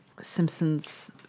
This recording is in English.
Simpsons